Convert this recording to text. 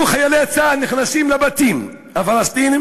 חיילי צה"ל היו נכנסים לבתים הפלסטיניים,